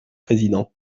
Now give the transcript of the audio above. président